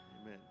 Amen